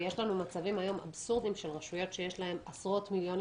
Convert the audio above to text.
יש לנו היום מצבים אבסורדיים של רשויות שיש להן עשרות מיליוני